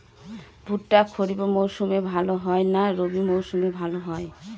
ভুট্টা খরিফ মৌসুমে ভাল হয় না রবি মৌসুমে ভাল হয়?